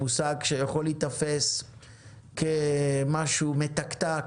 מושג שיכול להיתפס כמשהו מתקתק,